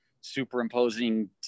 superimposing